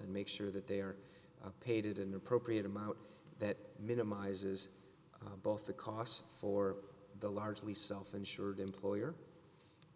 and make sure that they are paid an appropriate amount that minimizes both the costs for the largely self insured employer